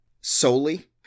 solely